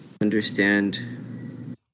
understand